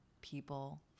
people